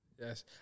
Yes